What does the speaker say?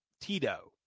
Tito